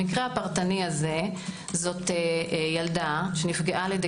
במקרה הפרטני הזה זו ילדה שנפגעה על ידי